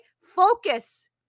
Focus